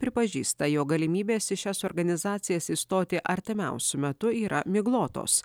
pripažįsta jog galimybės į šias organizacijas įstoti artimiausiu metu yra miglotos